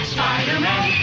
Spider-Man